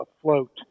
afloat